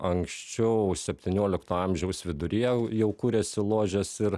anksčiau septyniolikto amžiaus viduryje jau kūrėsi ložės ir